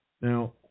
Now